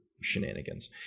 shenanigans